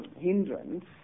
hindrance